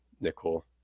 nickel